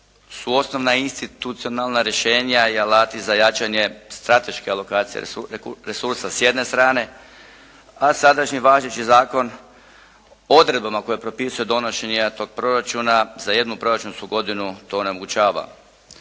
su osnovna institucionalna rješenja i alati za jačanje strateške alokacije, resursa s jedne strane. A sadašnji važeći zakon odredbama koje propisuje donošenja tog proračuna za jednu proračunsku godinu to onemogućava.